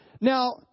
Now